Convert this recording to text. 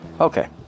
okay